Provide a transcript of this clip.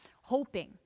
hoping